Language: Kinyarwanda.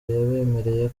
yabemereye